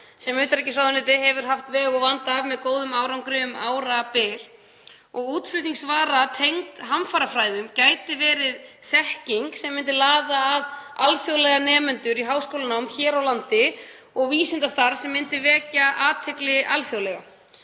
sem utanríkisráðuneytið hefur haft veg og vanda af með góðum árangri um árabil. Útflutningsvara tengd hamfarafræðum gæti verið þekking sem myndi laða að alþjóðlega nemendur í háskólanám hér á landi og vísindastarf sem myndi vekja athygli alþjóðlega.